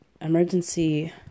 emergency